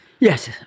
Yes